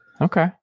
okay